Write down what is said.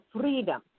freedom